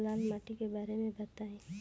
लाल माटी के बारे में बताई